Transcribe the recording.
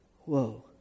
whoa